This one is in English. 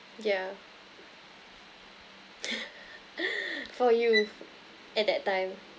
yeah for you at that time